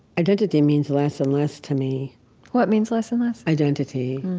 identity means less and less to me what means less and less? identity.